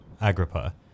Agrippa